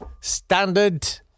standard